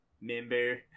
Member